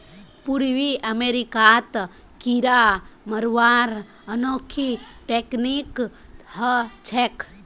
पूर्वी अमेरिकात कीरा मरवार अनोखी तकनीक ह छेक